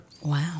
Wow